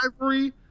Ivory